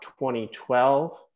2012